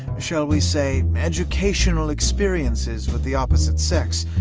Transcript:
shall we say, educational experiences with the opposite sex,